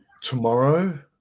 Tomorrow